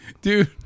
Dude